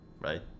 right